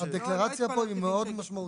אז הדקלרציה פה היא מאוד משמעותית.